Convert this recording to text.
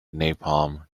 napalm